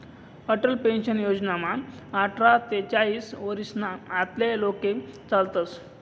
Atal pension योजनामा आठरा ते चाईस वरीसना आतला लोके चालतस